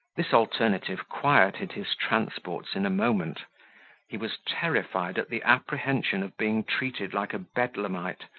this alternative quieted his transports in a moment he was terrified at the apprehension of being treated like a bedlamite,